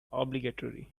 obligatory